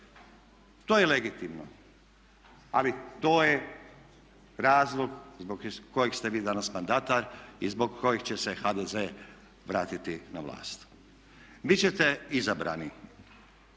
To je legitimno, ali to je razloga zbog kojeg ste vi danas mandatar i zbog kojeg će se HDZ vratiti na vlast. Biti ćete izabrani